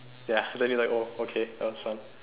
ya then you like oh okay that was fun